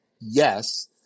Yes